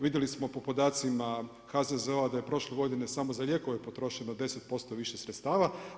Vidjeli smo po podacima HZZO-a da je prošle godine samo za lijekove potrošeno 10% više sredstava.